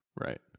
Right